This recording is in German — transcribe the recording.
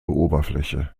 oberfläche